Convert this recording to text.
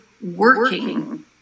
working